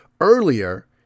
earlier